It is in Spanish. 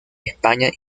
españa